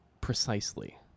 precisely